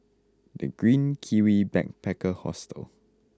The Green Kiwi Backpacker Hostel